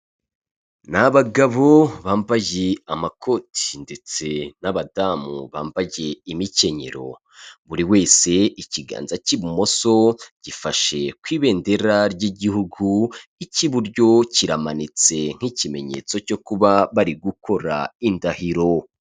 N'abagabo bambaye amakoti ndetse n'abadamu bambaye imikenyero. Buri wese ikiganza cy'ibumoso gifashe ku ibendera ry'igihugu, icy'iburyo kiramanitse, nk'ikimenyetso cyo kuba bari gukora indahiro.